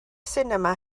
sinema